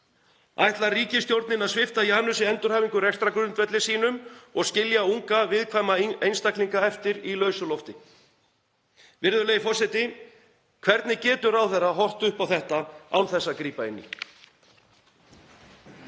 Ætlar ríkisstjórnin að svipta Janus endurhæfingu rekstrargrundvelli sínum og skilja unga viðkvæma einstaklinga eftir í lausu lofti? Virðulegi forseti. Hvernig getur ráðherra horft upp á þetta án þess að grípa inn